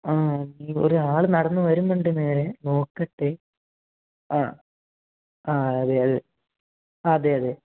ആ ഒരാള് നടന്നുവരുന്നുണ്ട് നേരെ നോക്കട്ടെ ആ അതെ അതെ അതെ അതെ